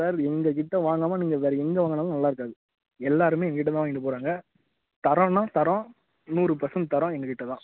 sir எங்கள் கிட்டே வாங்காமல் நீங்கள் வேறு எங்கே வாங்கினாலும் நல்லாயிருக்காது எல்லாேருமே எங்கள் கிட்டே தான் வாங்கிட்டு போகிறாங்க தரம்னா தரம் நூறு பெர்செண்ட் தரம் எங்கள் கிட்டே தான்